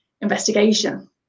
investigation